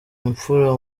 imfura